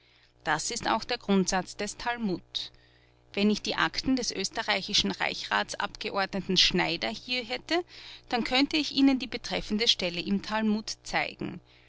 das ist auch der grundsatz des talmud wenn ich die akten des österreichischen reichsratsabgeordneten schneider hier hätte dann könnte ich ihnen die betreffende stelle im talmud zeigen